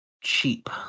cheap